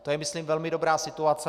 To je myslím velmi dobrá situace.